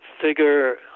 figure